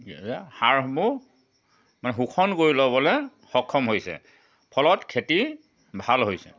সাৰসমূহ মানে শোষণ কৰি ল'বলৈ সক্ষম হৈছে ফলত খেতি ভাল হৈছে